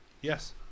Yes